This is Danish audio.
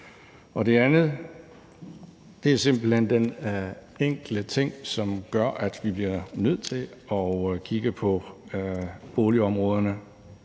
jeg sige, at den enkelte ting, som gør, at vi bliver nødt til at kigge på de boligområder,